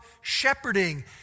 shepherding